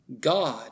God